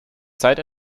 zeit